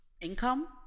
income